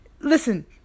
listen